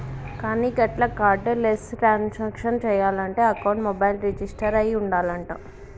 కానీ గట్ల cardless transaction చేయాలంటే అకౌంట్ మొబైల్ రిజిస్టర్ అయి ఉండాలంట